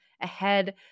ahead